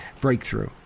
breakthrough